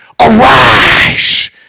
Arise